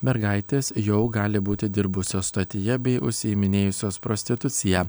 mergaitės jau gali būti dirbusios stotyje bei užsiiminėjusios prostitucija